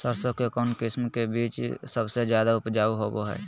सरसों के कौन किस्म के बीच सबसे ज्यादा उपजाऊ होबो हय?